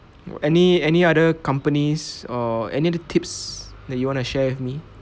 any any other companies or any other tips that you want to share with me